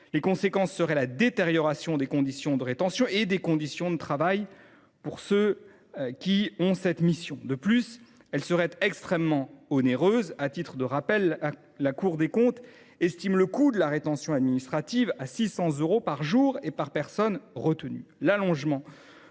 La conséquence serait la détérioration des conditions de rétention, mais aussi des conditions de travail des employés. De plus, cette mesure serait extrêmement onéreuse. Pour rappel, la Cour des comptes estime le coût de la rétention administrative à 600 euros par jour et par personne retenue. L’allongement